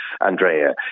Andrea